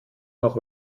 noch